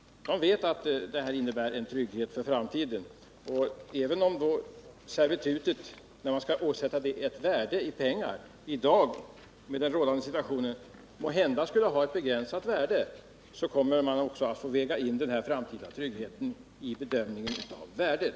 De vet att detta innebär en trygghet för framtiden. Även om servitutet, när man skall åsätta det ett värde i pengar, i dagens situation måhända skulle ha ett begränsat värde, kommer man också att få väga in den framtida tryggheten i bedömningen av värdet.